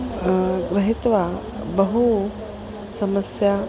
गृहित्वा बहु समस्या